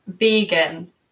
vegans